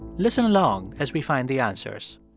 listen along as we find the answers